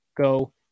Go